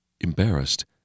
embarrassed